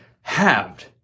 halved